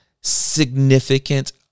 significant